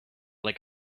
like